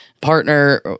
partner